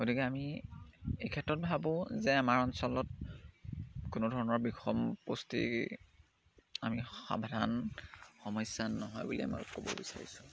গতিকে আমি এই ক্ষেত্ৰত ভাবোঁ যে আমাৰ অঞ্চলত কোনো ধৰণৰ বিষম পুষ্টি আমি সাৱধান সমস্যা নহয় বুলি আমাক ক'ব বিচাৰিছোঁ